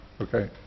okay